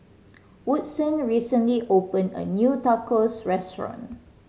Woodson recently opened a new Tacos Restaurant